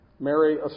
Mary